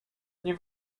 nie